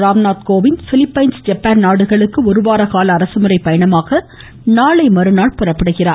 Ramnath Kovind Philippines Japan நாடுகளுக்கு ஒரு வார கால அரசுமுறை பயணமாக நாளை மறுநாள் புறப்படுகிறார்